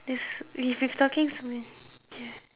this we've we've talking so man~ ya